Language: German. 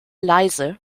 leise